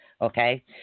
okay